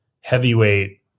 heavyweight